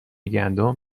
گندم